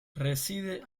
reside